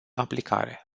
aplicare